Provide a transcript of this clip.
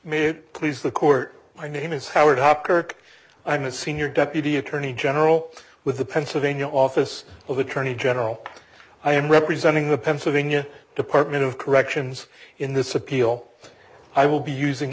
it please the court my name is howard hopkirk i'm a senior deputy attorney general with the pennsylvania office of attorney general i am representing the pennsylvania department of corrections in this appeal i will be using